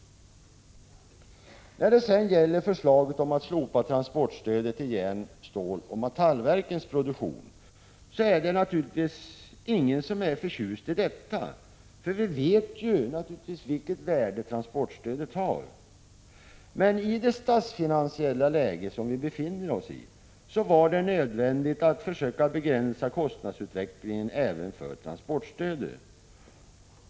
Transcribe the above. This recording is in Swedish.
Det är naturligtvis ingen som är förtjust i förslaget att slopa transportstödet till järn-, ståloch metallverkens produktion. Vi vet självfallet vilket värde transportstödet har. Men i det statsfinansiella läge som vi befinner oss var det nödvändigt att försöka begränsa kostnadsutvecklingen även för transportstödet.